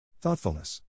Thoughtfulness